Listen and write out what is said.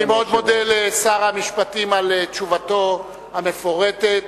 אני מאוד מודה לשר המשפטים על תשובתו המפורטת.